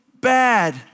bad